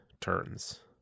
turns